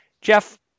Jeff